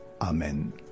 Amen